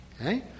Okay